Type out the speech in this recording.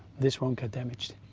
this won't get damaged.